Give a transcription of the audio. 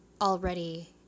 already